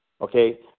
okay